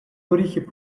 горіхів